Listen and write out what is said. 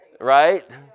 right